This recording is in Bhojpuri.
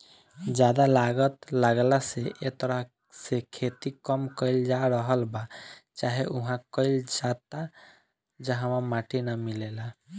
ज्यादा लागत लागला से ए तरह से खेती कम कईल जा रहल बा चाहे उहा कईल जाता जहवा माटी ना मिलेला